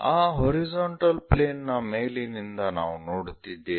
ಆ horizontal plane ನ ಮೇಲಿನಿಂದ ನಾವು ನೋಡುತ್ತಿದ್ದೇವೆ